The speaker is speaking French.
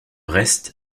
reste